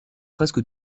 presque